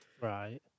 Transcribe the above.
Right